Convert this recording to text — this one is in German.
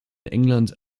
england